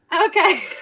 Okay